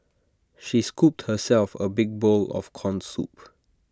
she scooped herself A big bowl of Corn Soup